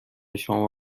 شما